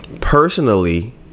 Personally